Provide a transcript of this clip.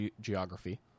geography